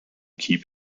keep